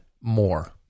more